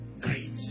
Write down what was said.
great